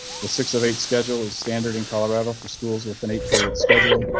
the six of eight schedule is standard in colorado for schools within eight period schedule.